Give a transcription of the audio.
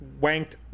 wanked